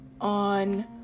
on